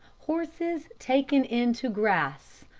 horses taken in to grass.